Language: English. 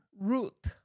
Root